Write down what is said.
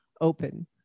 open